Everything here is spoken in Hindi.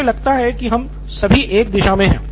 मुझे लगता है कि हम सभी एक दिशा मे हैं